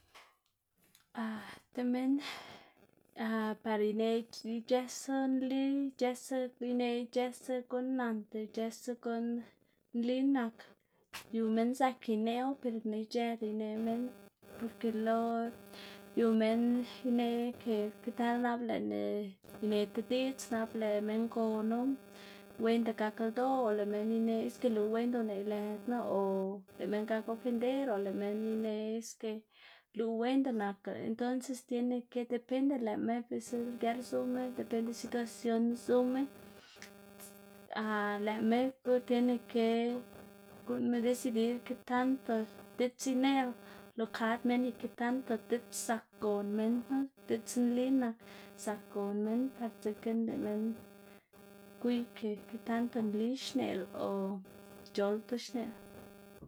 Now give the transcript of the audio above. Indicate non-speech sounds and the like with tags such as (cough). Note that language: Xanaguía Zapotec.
(noise) (hesitation) tib minn (hesitation) par ineꞌ ic̲h̲ësu nli ic̲h̲ësu ineꞌ ic̲h̲ësa guꞌn nan ic̲h̲ësa guꞌn nli nak yu minn zak ineꞌwu per no ic̲h̲ëdu ineꞌ minn porke lo yu minn ineꞌ ke ke tal nap lëꞌná ine tib diꞌdz nap lëꞌ minn gonu wenda gak ldoꞌ o lëꞌ minn ineꞌ ske luꞌ wenda uneꞌ lëdná o lëꞌ minn gak ofender o lëꞌ minn ineꞌ ske luꞌ wenda naklá entonces tiene ke depende lëꞌma biꞌltsa lger zuma depende situación zuma (hesitation) lëꞌma tiene ke guꞌnnma decidir ke tanto diꞌdz ineꞌlá lo kad minn y ke tanto diꞌdz zak gon minn knu diꞌdz nli nak zak gon minn par dzekna lëꞌ minn gwiy ke ke tanto nli xneꞌlá o ic̲h̲oldu xneꞌlá.